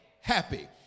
happy